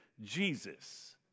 Jesus